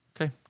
Okay